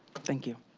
thank you.